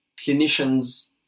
clinicians